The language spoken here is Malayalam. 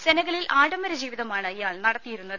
സെനഗലിൽ ആഡംബര ജീവിതമാണ് ഇയാൾ നടത്തിയിരുന്നത്